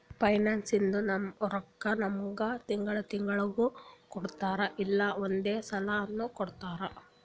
ಪೆನ್ಷನ್ದು ರೊಕ್ಕಾ ನಮ್ಮುಗ್ ತಿಂಗಳಾ ತಿಂಗಳನೂ ಕೊಡ್ತಾರ್ ಇಲ್ಲಾ ಒಂದೇ ಸಲಾನೂ ಕೊಡ್ತಾರ್